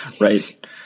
Right